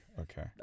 okay